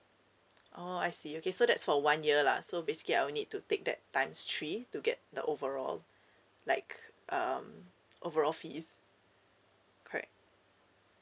oh I see okay so that's for one year lah so basically I will need to take that times three to get the overall like um overall fees correct